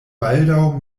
baldaŭ